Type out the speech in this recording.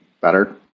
better